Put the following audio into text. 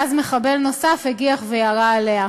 ואז מחבל נוסף הגיח וירה עליה.